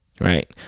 Right